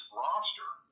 roster